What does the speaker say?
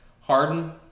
Harden